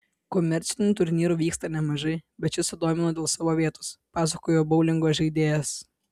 komercinių turnyrų vyksta nemažai bet šis sudomino dėl savo vietos pasakojo boulingo žaidėjas